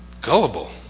gullible